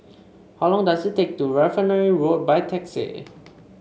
how long does it take to Refinery Road by taxi